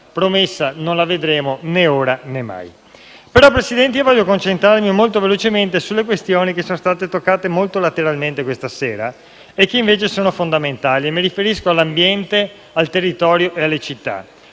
promessa non la vedremo né ora, né mai. Signor Presidente, vorrei concentrarmi molto velocemente su alcune questioni che sono state toccate solo marginalmente questa sera e che invece sono fondamentali: mi riferisco all'ambiente, al territorio e alle città.